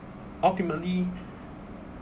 ultimately